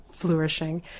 flourishing